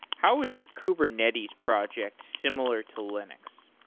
how was the kubernetes project similar to linux?